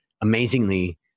amazingly